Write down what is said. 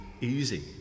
easy